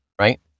Right